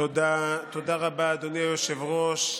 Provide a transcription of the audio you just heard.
תודה רבה, אדוני היושב-ראש.